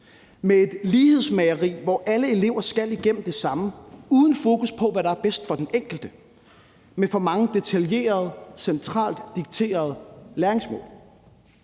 med et lighedsmageri, hvor alle elever skal igennem det samme uden fokus på, hvad der er bedst for den enkelte, og med for mange detaljerede, centralt dikterede læringsmål.